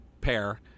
pair